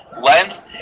Length